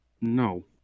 No